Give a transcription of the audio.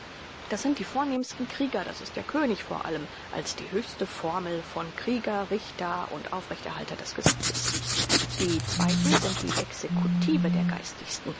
das sind die vornehmen krieger das ist der könig vor allem als die höchste formel von krieger richter und aufrechterhalter des gesetzes die zweiten sind die exekutive der geistigsten